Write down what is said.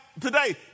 today